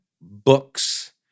books